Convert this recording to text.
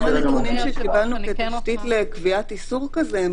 גם הנתונים שקיבלנו כתשתית לקביעת איסור כזה הם